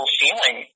feeling